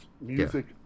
music